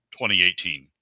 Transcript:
2018